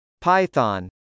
Python